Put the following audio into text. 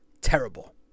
terrible